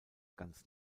ganz